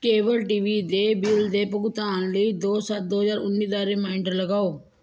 cable T V ਦੇ bill ਦੇ ਭੁਗਤਾਨ ਲਈ ਦੋ ਸੱਤ ਦੋ ਹਜ਼ਾਰ ਉੱਨੀ ਦਾ ਰੀਮਾਈਂਡਰ ਲਗਾਓ